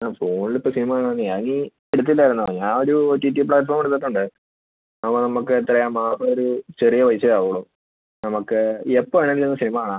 ആ ഫോണിൽ ഇപ്പോൾ സിനിമ കാണാമെന്നേ അത് നീ എടുത്തില്ലായിരുന്നോ ഞാൻ ഒരു ഒ ടി ടി പ്ലാറ്റ്ഫോം എടുത്തിട്ടുണ്ട് അപ്പം നമുക്ക് എത്രയാണ് മാസം ഒരു ചെറിയ പൈസയേ ആവുള്ളൂ നമുക്ക് എപ്പോൾ വേണമെങ്കിലും ഇരുന്ന് സിനിമ കാണാം